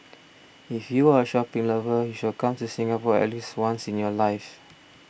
if you are a shopping lover you should come to Singapore at least once in your life